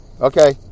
Okay